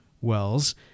Wells